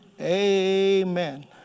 Amen